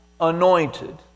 anointed